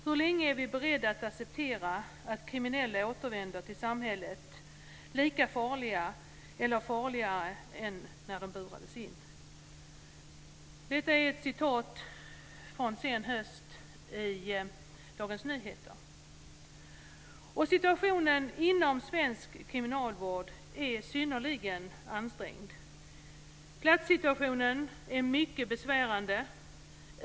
Hur länge är vi beredda att acceptera att kriminella återvänder till samhället lika farliga eller farligare än när de burades in?" Detta är ett citat från sen höst ur Dagens Nyheter. Situationen inom svensk kriminalvård är synnerligen ansträngd. Platssituationen är mycket besvärande.